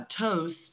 toast